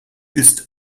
ist